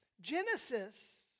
Genesis